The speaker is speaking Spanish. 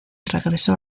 regresó